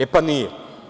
E, pa nije.